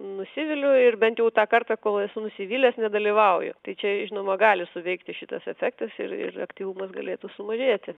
nusiviliu ir bent jau tą kartą kol esu nusivylęs nedalyvauju tai čia žinoma gali suveikti šitas efektas ir ir aktyvumas galėtų sumažėti